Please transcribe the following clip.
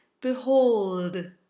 BEHOLD